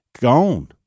gone